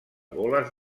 boles